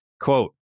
Quote